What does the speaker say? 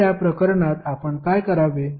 तर त्या प्रकरणात आपण काय करावे